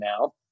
now